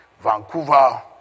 Vancouver